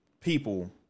people